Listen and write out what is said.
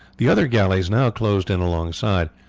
the other galleys now closed in alongside.